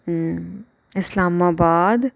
Islamabad